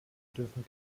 dürfen